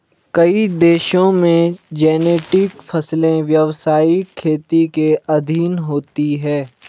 कई देशों में जेनेटिक फसलें व्यवसायिक खेती के अधीन होती हैं